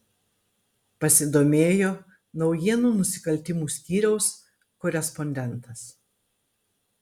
pasidomėjo naujienų nusikaltimų skyriaus korespondentas